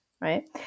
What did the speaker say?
right